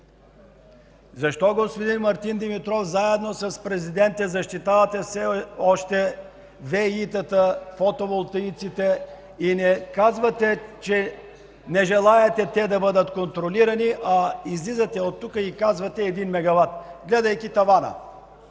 Защо, господин Мартин Димитров, заедно с президента, все още защитавате ВЕИ-тата, фотоволтаиците и не казвате, че не желаете те да бъдат контролирани, а излизате и оттук казвате „1 мегават”, гледайки тавана?